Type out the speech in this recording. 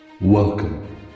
Welcome